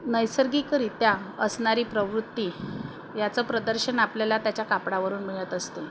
नैसर्गिकरित्या असणारी प्रवृत्ती याचं प्रदर्शन आपल्याला त्याच्या कापडावरून मिळत असते